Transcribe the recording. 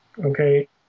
Okay